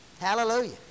Hallelujah